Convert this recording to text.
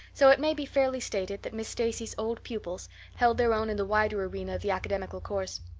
so it may be fairly stated that miss stacy's old pupils held their own in the wider arena of the academical course.